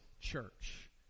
church